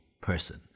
person